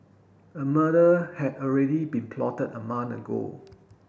a murder had already been plotted a month ago